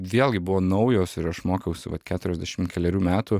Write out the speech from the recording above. vėlgi buvo naujos ir aš mokausi vat keturiasdešimt kelerių metų